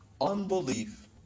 Unbelief